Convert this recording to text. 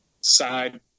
side